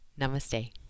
Namaste